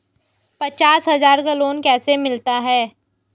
पचास हज़ार का लोन कैसे मिलता है?